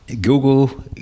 Google